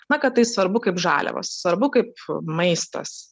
na kad tai svarbu kaip žaliavos svarbu kaip maistas